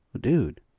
Dude